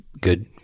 Good